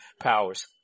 powers